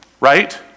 Right